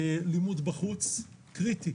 לימוד בחוץ קריטי,